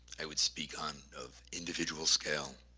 i would speak on of individual scale